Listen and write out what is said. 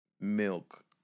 milk